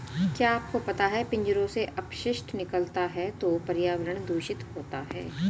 क्या आपको पता है पिंजरों से अपशिष्ट निकलता है तो पर्यावरण दूषित होता है?